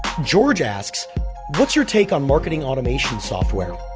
george asks what's your take on marketing automation software?